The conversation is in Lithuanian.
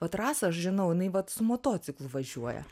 vat rasą aš žinau jinai vat su motociklu važiuoja